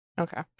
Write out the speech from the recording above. Okay